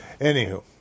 anywho